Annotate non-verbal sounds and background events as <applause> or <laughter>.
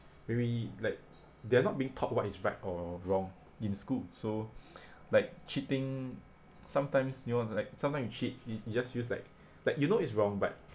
maybe like they're not being taught what is right or wrong in school so <breath> like cheating sometimes you know like sometime you cheat it it just feels like like you know it's wrong but